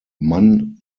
mann